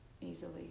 easily